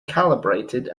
calibrated